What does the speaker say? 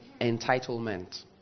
entitlement